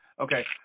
Okay